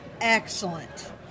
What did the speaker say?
excellent